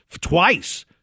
Twice